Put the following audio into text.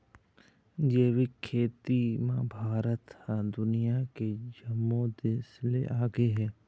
जैविक खेती म भारत ह दुनिया के जम्मो देस ले आगे हे